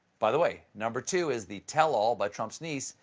by the way, number two is the tell-all by trump's niece,